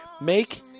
make